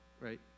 right